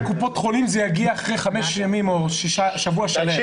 --- להגיע לקופות חולים זה יגיע אחרי חמישה ימים או שבוע שלם.